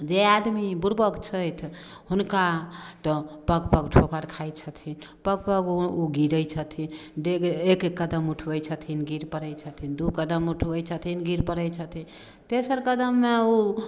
जे आदमी बुड़बक छथि हुनका तऽ पग पग ठोकर खाइ छथिन पग पग ओ ओ गिरै छथिन डेग एक एक कदम उठबै छथिन गिर पड़ै छथिन दू कदम उठबै छथिन गिर पड़ै छथिन तेसर कदममे ओ